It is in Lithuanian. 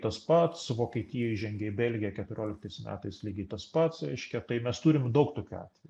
tas pats vokietija įžengė į belgiją keturioliktais metais lygiai tas pats reiškia tai mes turim daug tokių atvejų